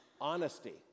honesty